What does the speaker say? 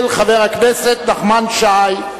של חבר הכנסת נחמן שי.